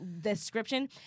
description